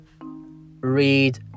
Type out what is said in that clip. read